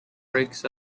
breaks